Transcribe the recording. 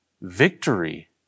victory